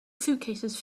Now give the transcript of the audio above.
suitcases